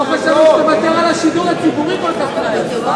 לא חשבנו שתוותר על השידור הציבורי כל כך מהר.